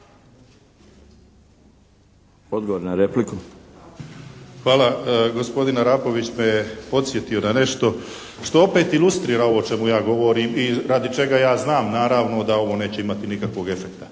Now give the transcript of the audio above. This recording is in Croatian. Miomir (HDZ)** Hvala. Gospodin Arapović me podsjetio na nešto što opet ilustrira ovo o čemu ja govorim i radi čega ja znam naravno da ovo neće imati nikakvog efekta.